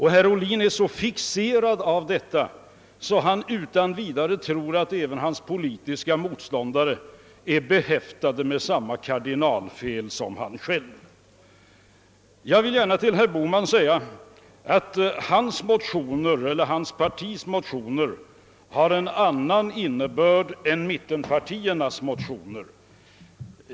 Herr Ohlin är så fixerad i denna sin uppfattning att han utan vidare tror att även hans politiska motståndare är behäftade med samma kardinalfel som han själv. Jag vill gärna erkänna att herr Bohmans och hans partis motioner har andra syften än mittenpartiernas.